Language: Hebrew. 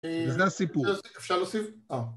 זה הסיפור. אפשר להוסיף? אה.